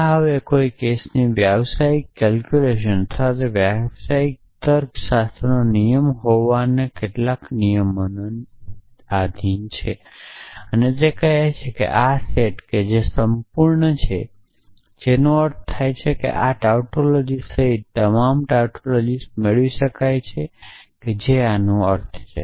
આ હવે કોઈ કેસની વ્યાવસાયિક કેલ્ક્યુલસ અથવા વ્યાવસાયિક તર્ક શાસ્ત્રનો નિયમ હોવાનો કેટલાક નિયમનો નિયમ છે અને કહે છે કે આ સેટ જે સંપૂર્ણ છે જેનો અર્થ છે કે આ ટાઉટોલોજી સહિત તમામ ટાઉટોલોજીસ મેળવી શકાય છે જે આનો અર્થ છે